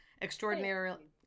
extraordinary